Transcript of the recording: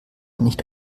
nicht